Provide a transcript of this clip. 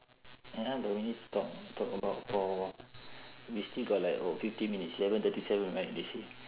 ya but we need to talk talk about for we still got like oh fifty minutes eleven thirty seven right they say